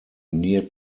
near